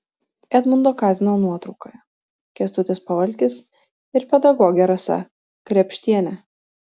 edmundo katino nuotraukoje kęstutis pavalkis ir pedagogė rasa krėpštienė